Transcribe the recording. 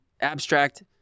abstract